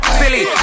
silly